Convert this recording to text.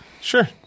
Sure